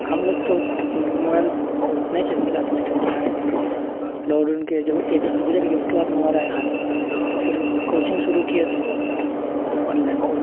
ہم لوگ تو موبائل نہیں چل ملا تھا اس ٹائم چلانے کے لیے لوک ڈون کے جب ایک سال گزر گیا اس کے بعد موبائل آیا ہاتھ میں تو پھر کوچنگ شروع کیے تھے آن لائن